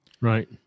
Right